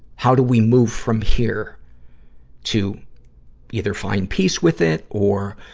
how do we move from here to either find peace with it or,